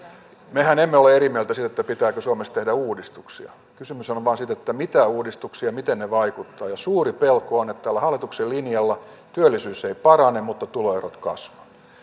mehän emme ole eri mieltä siitä pitääkö suomessa tehdä uudistuksia kysymyshän on vain siitä siitä mitä uudistuksia ja miten ne vaikuttavat suuri pelko on että tällä hallituksen linjalla työllisyys ei parane mutta tuloerot kasvavat